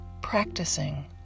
practicing